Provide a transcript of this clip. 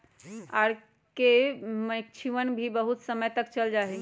R K की मक्षिणवन भी बहुत समय तक चल जाहई